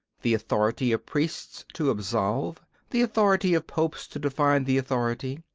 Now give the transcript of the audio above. the authority of priests to absolve, the authority of popes to define the authority,